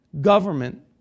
government